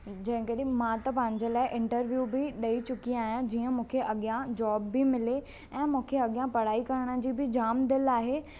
जेकॾहिं मां त पंहिंजे लाइ इंटरव्यू बि ॾई चुकी आहियां जीअं मूंखे अॻियां जोब बि मिले ऐं मूंखे अॻियां पढ़ाई करण जी बि जामु दिलि आहे